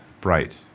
bright